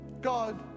God